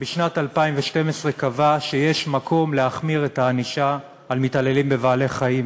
קבע בשנת 2012 שיש מקום להחמיר את הענישה על מתעללים בבעלי-חיים.